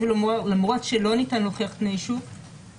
למרות שלא ניתן להוכיח תנאי שוק,